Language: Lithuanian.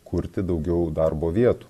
kurti daugiau darbo vietų